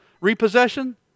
repossession